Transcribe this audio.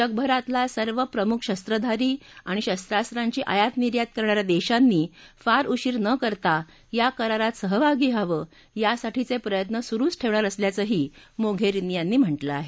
जगभरातल्या सर्व प्रमुख शस्त्रधारी आणि शस्त्रस्त्रांची आयात निर्यात करणाऱ्या देशांनी फार उशीर न करता या करारात सहभागी व्हावं यासाठीचे प्रयत्न सुरुच ठेवणार असल्याचंही मोघेरिनी यांनी म्हटलं आहे